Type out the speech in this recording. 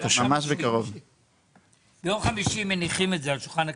ביום חמישי מניחים את זה על שולחן הכנסת.